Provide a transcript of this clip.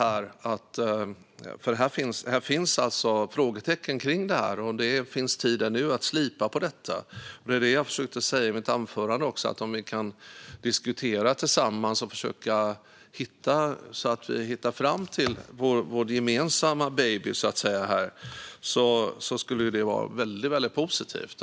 Det finns frågetecken kvar kring detta, och ännu finns det tid att slipa på det. Det var också det jag försökte säga i mitt anförande. Om vi kan diskutera tillsammans och hitta fram till vår gemensamma "baby" vore det väldigt positivt.